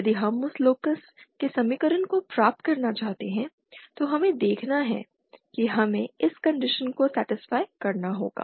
यदि हम उस लोकस के समीकरण को प्राप्त करना चाहते हैं तो हमें देखना है कि हमे इस कंडीशन को सटिस्फी करना होगा